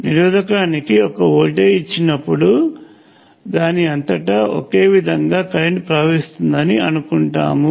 నిరోధకానికి ఒక వోల్టేజ్ ఇచ్సినపుడు దాని అంతటా ఒకే విధంగా కరెంట్ ప్రవహిస్తుందని అనుకుంటాము